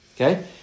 okay